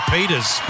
Peters